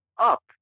up